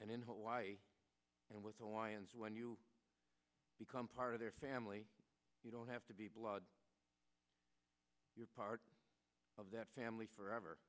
and in hawaii and with the lions when you become part of their family you don't have to be blood you're part of that family forever